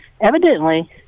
evidently